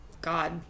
God